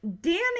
Danny